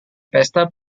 pesta